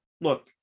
look